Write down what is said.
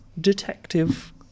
detective